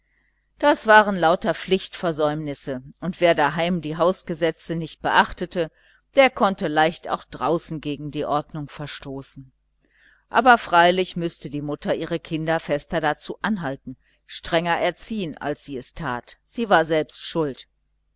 das waren lauter pflichtversäumnisse und wer daheim die hausgesetze nicht beachtete der konnte leicht auch draußen gegen die ordnung verstoßen aber freilich müßte die mutter ihre kinder fester dazu anhalten strenger erziehen als sie es tat sie selbst war schuld